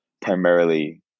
primarily